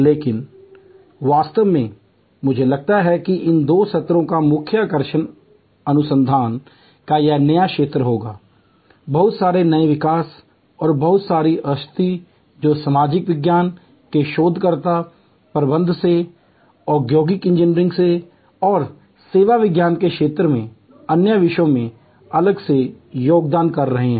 लेकिन वास्तव में मुझे लगता है कि इन दो सत्रों का मुख्य आकर्षण अनुसंधान का यह नया क्षेत्र होगा बहुत सारे नए विकास और बहुत सारी अंतर्दृष्टि जो सामाजिक विज्ञान के शोधकर्ता प्रबंधन से औद्योगिक इंजीनियरिंग से और सेवा विज्ञान के क्षेत्र में अन्य विषयों में अलग से योगदान कर रहे हैं